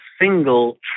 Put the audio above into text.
single